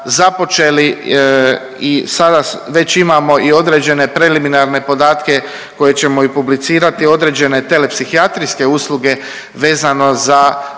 započeli i sada već imamo i određene preliminarne podatke koje ćemo publicirati, određene telepsihijatrijske usluge vezano za